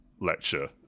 lecture